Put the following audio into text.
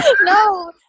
No